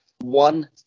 one